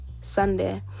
sunday